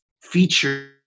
feature